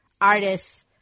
artists